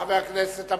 חבר הכנסת אמסלם,